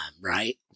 right